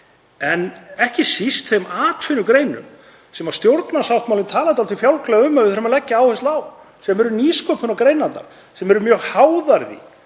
en ekki síst þeim atvinnugreinum sem stjórnarsáttmálinn talar dálítið fjálglega um að við þurfum að leggja áherslu á, nýsköpunargreinunum sem eru mjög háðar